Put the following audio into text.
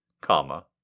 comma